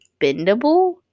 bendable